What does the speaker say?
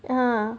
ah